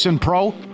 Pro